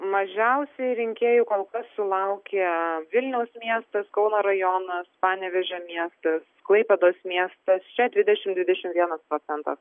mažiausiai rinkėjų kol kas sulaukia vilniaus miestas kauno rajonas panevėžio miestas klaipėdos miestas čia dvidešim dvidešim vienas procentas